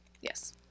Yes